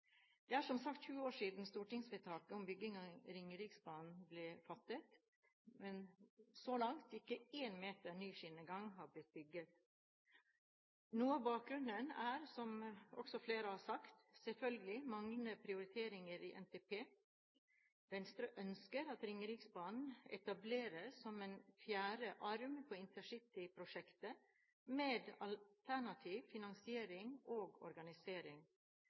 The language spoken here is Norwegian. Det er som sagt 20 år siden stortingsvedtaket om bygging av Ringeriksbanen ble fattet, men så langt har ikke én meter med ny skinnegang blitt bygget. Noe av bakgrunnen er, som også flere har sagt, selvfølgelig manglende prioritering i NTP. Venstre ønsker at Ringeriksbanen etableres som en fjerde arm på intercityprosjektet, med alternativ finansiering og organisering.